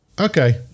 Okay